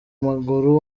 maguru